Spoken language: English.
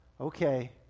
Okay